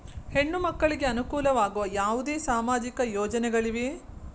ಹೆಣ್ಣು ಮಕ್ಕಳಿಗೆ ಅನುಕೂಲವಾಗುವ ಯಾವುದೇ ಸಾಮಾಜಿಕ ಯೋಜನೆಗಳಿವೆಯೇ?